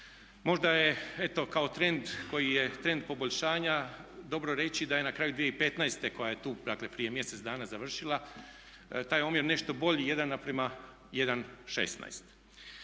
koji je trend poboljšanja dobro reći da je na kraju 2015. koja je tu dakle prije mjesec dana završila taj omjer nešto bolji, 1:1,16.